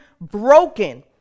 broken